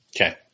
Okay